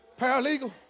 Paralegal